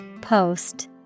Post